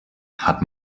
hat